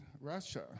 Russia